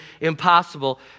impossible